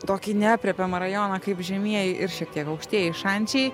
tokį neaprėpiamą rajoną kaip žemieji ir šiek tiek aukštieji šančiai